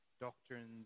doctrines